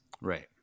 Right